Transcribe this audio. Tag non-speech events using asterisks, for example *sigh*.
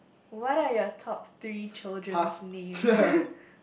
what are your top three children's name *laughs*